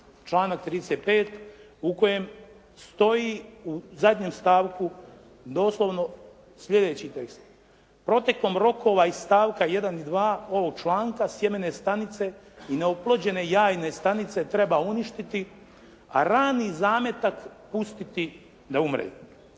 članak 35. u kojem stoji u zadnjem stavku doslovno sljedeći tekst: «Protekom rokova iz stavka 1. i 2. ovog članka sjemene stanice i neoplođene jajne stanice treba uništiti a rani zametak pustiti da umre.»